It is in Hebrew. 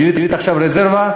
גילית עכשיו רזרבה?